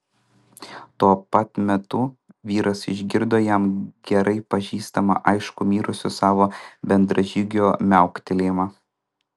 tuo pat metu vyras išgirdo jam gerai pažįstamą aiškų mirusio savo bendražygio miauktelėjimą